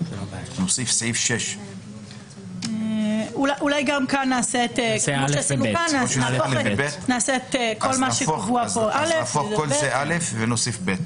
נוסיף סעיף 6. אולי גם כאן נעשה את כל מה שקבוע כאן (א) וזה יהיה (ב).